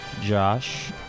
Josh